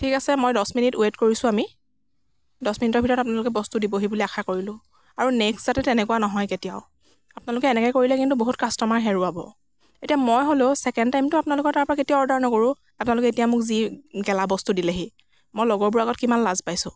ঠিক আছে মই দহ মিনিট ৱেইট কৰিছোঁ আমি দহ মিনিটৰ ভিতৰত আপোনালোকে বস্তু দিবহি বুলি আশা কৰিলোঁ আৰু নেক্সট যাতে তেনেকুৱা নহয় কেতিয়াও আপোনালোকে এনেকৈ কৰিলে কিন্তু বহুত কাষ্টমাৰ হেৰুওৱাব এতিয়া মই হ'লেও চেকেণ্ড টাইমতো আপোনালোকৰ তাৰপৰা কেতিয়াও অৰ্ডাৰ নকৰোঁ আপোনালোকে এতিয়া মোক যি গেলা বস্তু দিলেহি মই লগৰবোৰৰ আগত কিমান লাজ পাইছোঁ